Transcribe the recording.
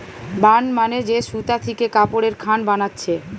burn মানে যে সুতা থিকে কাপড়ের খান বানাচ্ছে